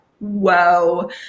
whoa